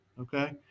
okay